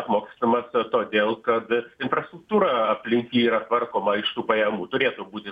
apmokestinamas todėl kad infrastruktūra aplink yra tvarkoma iš tų pajamų turėtų būti